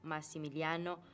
Massimiliano